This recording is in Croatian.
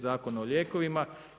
Zakona o lijekovima.